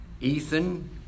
Ethan